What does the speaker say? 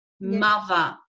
mother